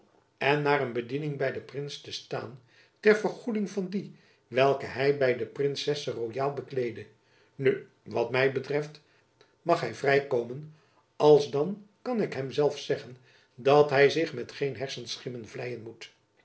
en naar een bediening by den prins te staan ter vergoeding van die welke hy by de princesse royaal bekleedde nu wat my betreft mag hy vrij komen alsdan kan ik hem zelf zeggen dat hy zich met geen hersenschimmen vleien moet